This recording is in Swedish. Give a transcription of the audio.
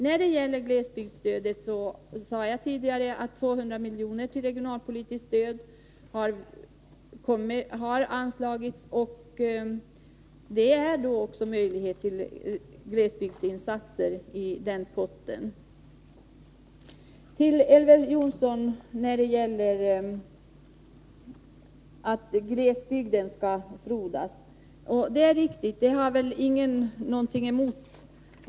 När det gäller glesbygdsstödet sade jag tidigare att 200 miljoner till regionalpolitiskt stöd har anslagits, och det ger möjligheter till glesbygdsinsatser från potten. Till Elver Jonsson: Det är naturligtvis riktigt att glesbygden skall frodas — det har väl ingen någonting emot.